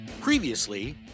Previously